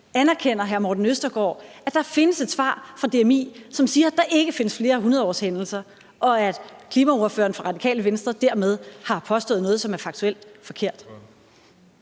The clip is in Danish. Østergaard, at der findes et svar fra DMI, som siger, at der ikke findes flere hundredårshændelser, og at klimaordføreren fra Radikale Venstre dermed har påstået noget, som er faktuelt forkert?